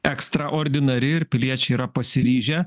extra ordinari ir piliečiai yra pasiryžę